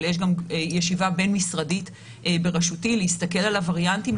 אבל יש גם ישיבה בין-משרדית בראשותי להסתכל על הווריאנטים,